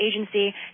agency